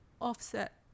offset